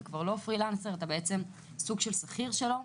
אתה כבר לא פרילנסר אלא סוג של שכיר שלו,